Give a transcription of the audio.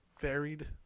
varied